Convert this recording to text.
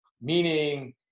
meaning